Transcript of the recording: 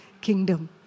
kingdom